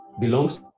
belongs